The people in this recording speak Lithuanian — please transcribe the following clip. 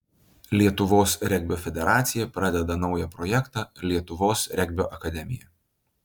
lietuvos regbio federacija pradeda naują projektą lietuvos regbio akademija